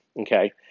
Okay